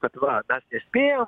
kad va mes nespėjam